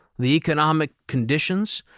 the economic conditions,